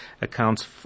accounts